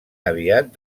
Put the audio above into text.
aviat